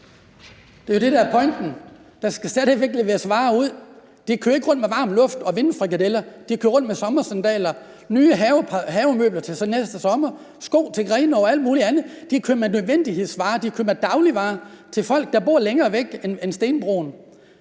Det er jo det, der er pointen; der skal stadig væk køres varer ud. De kører ikke rundt med varm luft og vindfrikadeller; de kører rundt med sommersandaler, nye havemøbler til næste sommer, sko til Grenaa og alt muligt andet. De kører med nødvendighedsvarer; de kører med dagligvarer til folk, der bor længere væk end stenbroen.